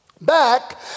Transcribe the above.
back